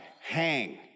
hang